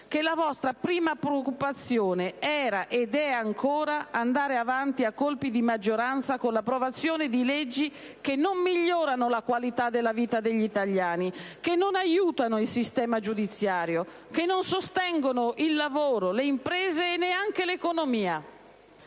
che la vostra prima preoccupazione era ed è ancora andare avanti a colpi di maggioranza con l'approvazione di leggi che non migliorano la qualità della vita degli italiani, non aiutano il sistema giudiziario né sostengono il lavoro, le imprese e neppure l'economia.